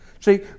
See